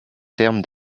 termes